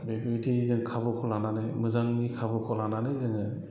बेफोरबायदि जों खाबुखौ लानानै मोजांनि खाबुखौ लानानै जोङो